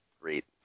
great